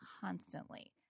constantly